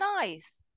nice